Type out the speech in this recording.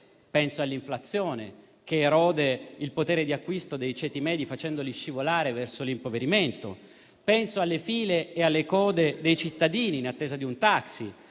penso all'inflazione che erode il potere di acquisto dei ceti medi facendoli scivolare verso l'impoverimento; penso alle file e alle code dei cittadini in attesa di un taxi;